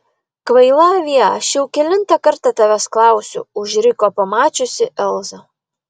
kvaila avie aš jau kelintą kartą tavęs klausiu užriko pamačiusi elzą